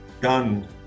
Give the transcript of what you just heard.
done